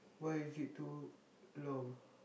why is it too long